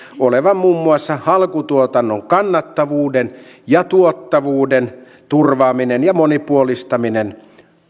olevan muun muassa alkutuotannon kannattavuuden ja tuottavuuden turvaaminen ja monipuolistaminen